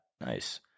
Nice